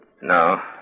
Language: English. No